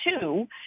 two